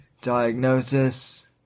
diagnosis